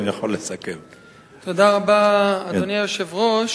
אדוני היושב-ראש,